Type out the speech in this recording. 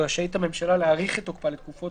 ורשאית הממשלה להאריך את תוקפה לתקופות